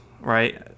right